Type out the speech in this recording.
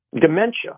dementia